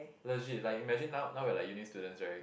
legit like imagine now now we are like uni students right